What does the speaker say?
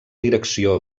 direcció